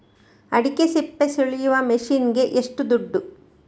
ಅಡಿಕೆ ಸಿಪ್ಪೆ ಸುಲಿಯುವ ಮಷೀನ್ ಗೆ ಏಷ್ಟು ದುಡ್ಡು?